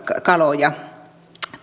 kaloja